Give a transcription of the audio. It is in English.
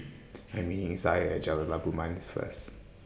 I'm meeting Isaiah At Jalan Labu Manis First